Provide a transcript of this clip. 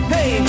Hey